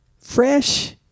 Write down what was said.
fresh